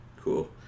cool